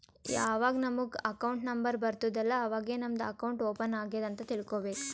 ಯಾವಾಗ್ ನಮುಗ್ account number ಬರ್ತುದ್ ಅಲ್ಲಾ ಅವಾಗೇ ನಮ್ದು ಅಕೌಂಟ್ ಓಪನ್ ಆಗ್ಯಾದ್ ಅಂತ್ ತಿಳ್ಕೋಬೇಕು